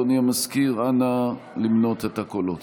אדוני המזכיר, אנא למנות את הקולות.